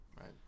Right